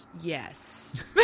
Yes